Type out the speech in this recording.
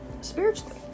spiritually